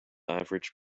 average